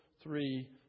three